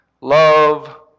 love